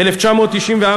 1994,